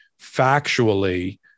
factually